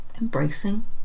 embracing